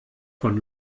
von